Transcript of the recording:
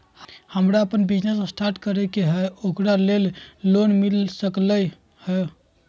हमरा अपन business start करे के है ओकरा लेल लोन मिल सकलक ह?